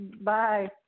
Bye